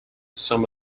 some